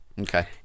Okay